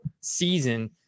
season